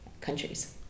countries